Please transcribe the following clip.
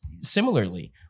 similarly